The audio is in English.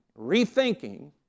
rethinking